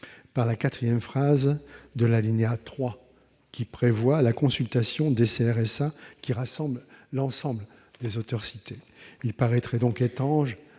par la quatrième phrase de l'alinéa 3, qui prévoit la consultation des CRSA qui rassemblent l'ensemble des acteurs cités. Il paraîtrait étrange